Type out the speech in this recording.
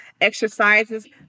exercises